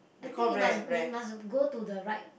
I think it must it must go to the right